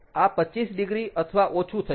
આ 25 ડિગ્રી અથવા ઓછું થશે